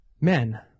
men